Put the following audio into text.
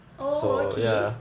oh okay